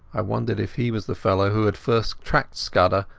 i wondered if he was the fellow who had first tracked scudder,